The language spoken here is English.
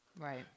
Right